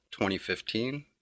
2015